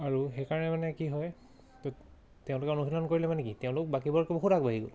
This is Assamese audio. আৰু সেইকাৰণে মানে কি হয় ত' তেওঁলোকে অনুশীলন কৰিলে মানে কি তেওঁলোক বাকীবোৰতকৈ বহুত আগবাঢ়ি গ'ল